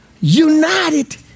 united